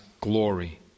glory